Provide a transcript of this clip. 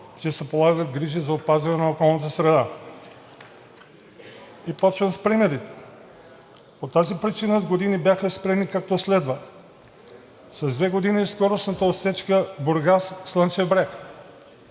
че се полагат грижи за опазване на околната среда. И започвам с примерите. По тази причина с години бяха спрени, както следва: - с две години скоростната отсечка Бургас – Слънчев